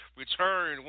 return